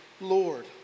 Lord